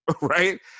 right